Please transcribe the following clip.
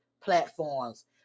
platforms